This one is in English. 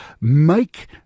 Make